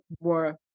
more